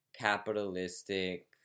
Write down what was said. capitalistic